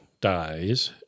dies